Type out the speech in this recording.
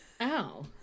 Ow